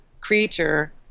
creature